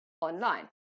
online